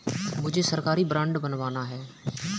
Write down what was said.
मुझे सरकारी बॉन्ड बनवाना है